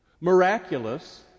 miraculous